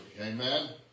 Amen